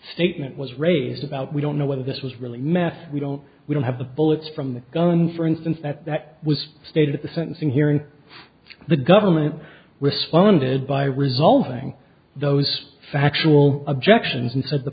statement was raised about we don't know whether this was really math we don't we don't have the bullets from the gun for instance that that was stated at the sentencing hearing the government responded by resolving those factual objections